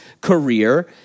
career